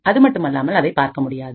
அதுமட்டுமல்லாமல் அதை பார்க்க முடியாது